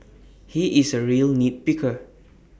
he is A real nit picker